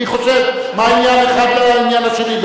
אני חושב, מה עניין אחד לעניין השני?